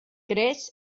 creix